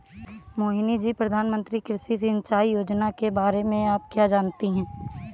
मोहिनी जी, प्रधानमंत्री कृषि सिंचाई योजना के बारे में आप क्या जानती हैं?